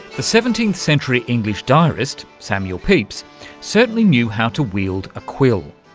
the seventeenth century english diarist samuel pepys certainly knew how to wield a quill.